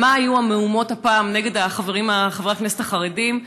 ועל מה היו המהומות, הפעם נגד חברי הכנסת החרדים?